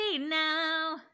Now